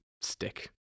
stick